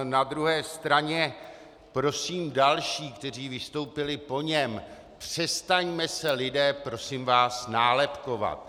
Na druhé straně prosím další, kteří vystoupili po něm: Přestaňme se, lidé, prosím vás, nálepkovat.